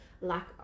lack